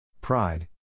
pride